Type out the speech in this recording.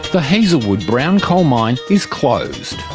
the hazelwood brown coal mine is closed.